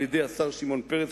על-ידי השר שמעון פרס,